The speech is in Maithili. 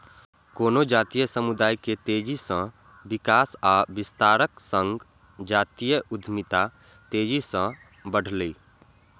कोनो जातीय समुदाय के तेजी सं विकास आ विस्तारक संग जातीय उद्यमिता तेजी सं बढ़लैए